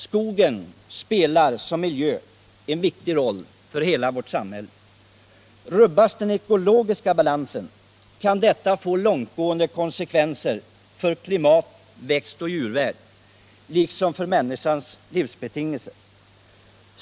Skogen som miljö spelar en viktig roll för hela vårt sam hälle. Rubbas den ekologiska balansen kan detta få långtgående konsekvenser för klimat, växtoch djurvärld liksom för människans livsbetingelser.